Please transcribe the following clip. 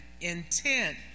intent